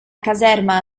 caserma